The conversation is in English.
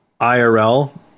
IRL